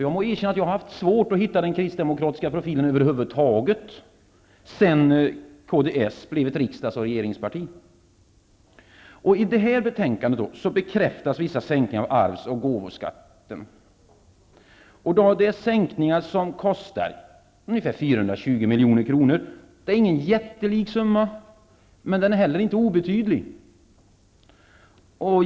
Jag måste erkänna att jag har haft svårt att hitta den Kristdemokratiska profilen över huvud taget sedan kds blev ett riksdags och regeringsparti. I det här betänkandet bekräftas vissa sänkningar av arvs och gåvoskatten. Det är sänkningar som kostar ungefär 420 milj.kr. Det är ingen jättelik summa, men den är heller inte obetydlig.